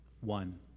One